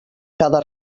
cada